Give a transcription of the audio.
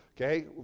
Okay